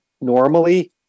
normally